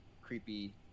creepy